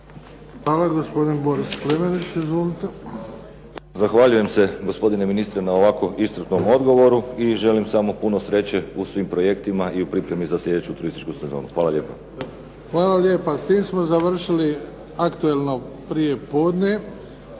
Hvala. Gospodin Boris Klemenić. Izvolite. **Klemenić, Boris (HSS)** Zahvaljujem se gospodine ministre na ovako iscrpnom odgovoru i želim samo puno sreće u svim projektima i u pripremi za sljedeću turističku sezonu. Hvala lijepo. **Bebić, Luka (HDZ)** Hvala lijepo. S tim smo završili Aktualno prije podne.